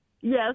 Yes